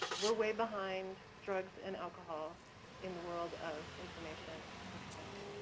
we're way behind drugs and alcohol in the world of information information